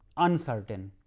uncertain.